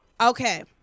Okay